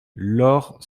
lorp